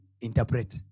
Interpret